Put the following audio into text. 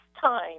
time